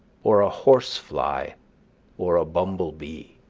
or a horse-fly, or a bumblebee.